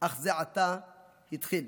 אך זה עתה התחיל.